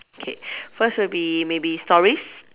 K first will be maybe stories